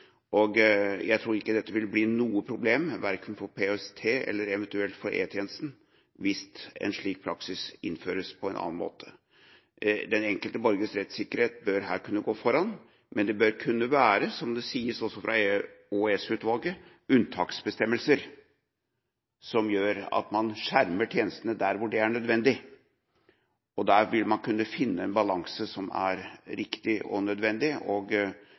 Jeg tror ikke dette vil bli noe problem, verken for PST eller eventuelt E-tjenesten hvis en slik praksis innføres på en annen måte. Den enkelte borgers rettssikkerhet bør her kunne gå foran. Men det bør kunne være – som EOS-utvalget sier – unntaksbestemmelser, som gjør at man skjermer tjenestene der det er nødvendig. Da vil man kunne finne en balanse som er riktig og nødvendig.